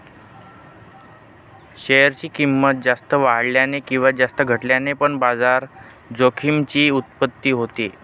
share ची किंमत जास्त वाढल्याने किंवा जास्त घटल्याने पण बाजार जोखमीची उत्पत्ती होते